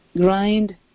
grind